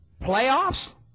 Playoffs